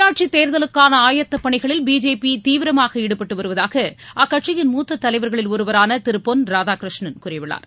உள்ளாட்சித் தேர்தலுக்கான ஆயத்தப்பனிகளில் பிஜேபி தீவிரமாக ஈடுபட்டு வருவதாக அக்கட்சியின் மூத்த தலைவர்களில் ஒருவரான திரு பொன் ராதாகிருஷ்ணன் கூறியுள்ளார்